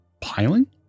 piling